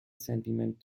sentiment